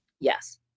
Yes